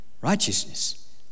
Righteousness